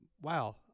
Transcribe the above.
wow